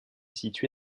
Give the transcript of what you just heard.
situé